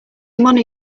money